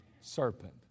serpent